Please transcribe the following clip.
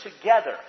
together